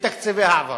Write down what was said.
בתקציבי העברה.